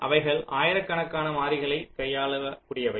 அவைகள் ஆயிரக்கணக்கான மாறிகள் கையாளக்கூடியவை